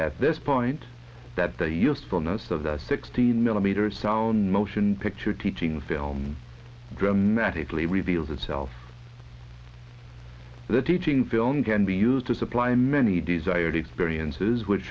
at this point that the usefulness of the sixteen millimeter sound motion picture teaching film dramatically reveals its self the teaching film can be used to supply many desired experiences which